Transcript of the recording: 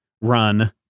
run